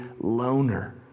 loner